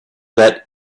that